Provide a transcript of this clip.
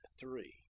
Three